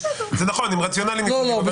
בסדר גמור.